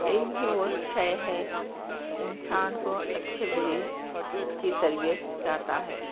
M ہی وہ شے ہے انسان کو اچھے بری کی تربیت سکھاتا ہے